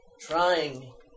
trying